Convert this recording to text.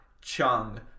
Chung